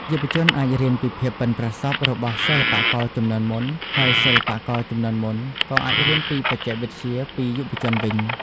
យុវជនអាចរៀនពីភាពប៉ិនប្រសប់របស់សិល្បករជំនាន់មុន ហើយសិល្បករជំនាន់មុនក៏អាចរៀនពីបច្ចេកវិទ្យាពីយុវជនវិញ។